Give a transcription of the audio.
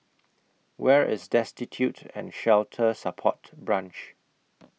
Where IS Destitute and Shelter Support Branch